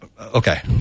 Okay